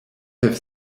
have